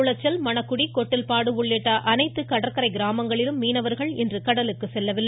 குளச்சல் மணக்குடி கொட்டில்பாடு உள்ளிட்ட அனைத்து கடற்கரை கிராமங்களிலும் மீனவர்கள் இன்று கடலுக்குச் செல்லவில்லை